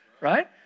right